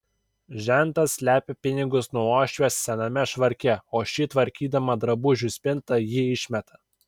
žentas slepia pinigus nuo uošvės sename švarke o ši tvarkydama drabužių spintą jį išmeta